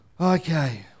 Okay